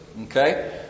Okay